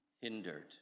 hindered